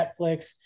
Netflix